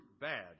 bad